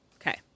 Okay